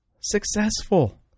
successful